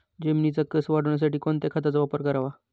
जमिनीचा कसं वाढवण्यासाठी कोणत्या खताचा वापर करावा?